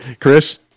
Chris